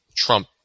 Trump